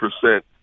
percent